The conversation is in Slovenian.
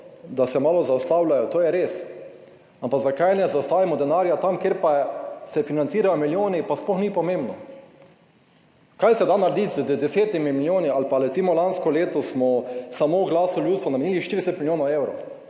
malo zaustavljajo, to je res, ampak zakaj ne zastavimo denarja tam, kjer se pa financirajo milijoni, pa sploh ni pomembno. Kaj se da narediti z desetimi milijoni, ali pa recimo, lansko leto smo samo o Glasu ljudstva namenili 40 milijonov evrov.